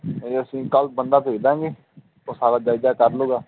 ਇਹ ਅਸੀਂ ਕੱਲ੍ਹ ਬੰਦਾ ਭੇਜ ਦਾਂਗੇ ਉਹ ਸਾਰਾ ਜਾਇਜਾ ਕਰਲੂਗਾ